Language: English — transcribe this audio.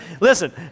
listen